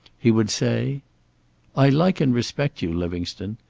he would say i like and respect you, livingstone.